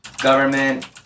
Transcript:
government